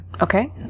Okay